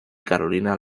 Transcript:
carolina